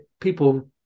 people